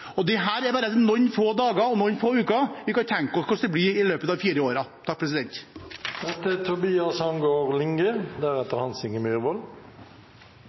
og det etter bare noen få dager, noen få uker. Vi kan tenke oss hvordan det blir i løpet av fire år. Etter en kveld med fest og